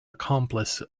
accomplice